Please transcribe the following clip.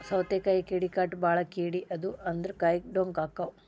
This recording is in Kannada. ಸೌತಿಕಾಯಿಗೆ ಕೇಡಿಕಾಟ ಬಾಳ ಕೇಡಿ ಆದು ಅಂದ್ರ ಕಾಯಿ ಡೊಂಕ ಅಕಾವ್